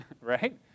right